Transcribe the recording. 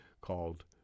called